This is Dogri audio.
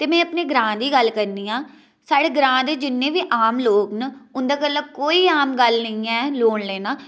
ते में अपने ग्रांऽ दी गल्ल करनी आं साढ़े ग्रांऽ दे जि'न्ने बी आम लोग न उं'दा गल्ला कोई आम गल्ल नेईं ऐ लोन लैना